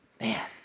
Man